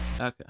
Okay